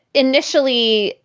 initially,